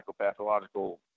psychopathological